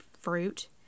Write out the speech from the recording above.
fruit